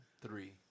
three